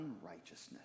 unrighteousness